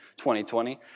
2020